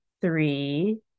three